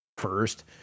first